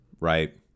right